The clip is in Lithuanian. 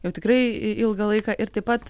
jau tikrai ilgą laiką ir taip pat